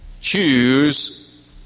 choose